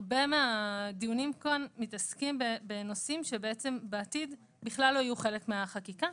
הרבה מהדיונים כאן מתעסקים בנושאים שבעתיד בכלל לא יהיו חלק מהחקיקה.